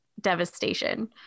Devastation